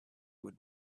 would